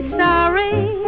sorry